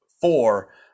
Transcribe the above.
four